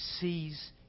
sees